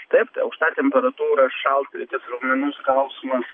taip tai aukšta temperatūra šaltkrėtis raumenų skausmas